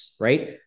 right